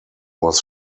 was